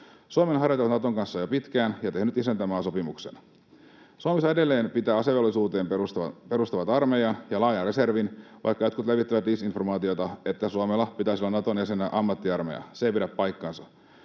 Suomi on harjoitellut Naton kanssa jo pitkään ja tehnyt isäntämaasopimuksen. Suomessa edelleen pitää olla asevelvollisuuteen perustuvat armeija ja laaja reservi, vaikka jotkut levittävät disinformaatiota, että Suomella pitäisi olla Naton jäsenenä ammattiarmeija. Se ei pidä paikkaansa.